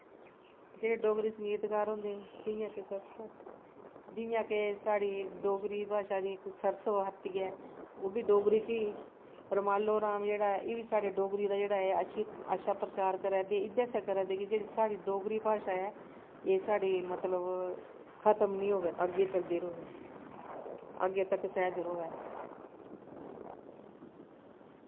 जेह्ड़े डोगरी संगीतकार होंदे कियां कुसै जियां के साढ़ी डोगरी भाशा दी इक सरस भारती ऐ दी ओह् बी डोगरी बिच्च गै रमालो राम जेह्ड़ा ऐ एह् बी साढ़ी डोगरी दा जेह्ड़ा ऐ अच्छा प्रचार करा दे एह्दे आस्तै करा दे कि जेह्ड़ी साढ़ी डोगरी भाशा ऐ एह् साढ़ी मतलव खत्म नी होऐ अग्गैं चलदी रवै अग्गैं तक सैह्ज रवै